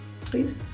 please